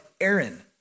Aaron